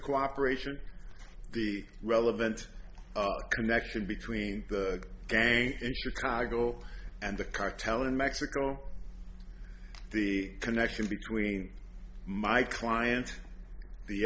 cooperation the relevant connection between the gang the cargo and the cartel in mexico the connection between my client the